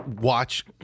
watch